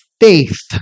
faith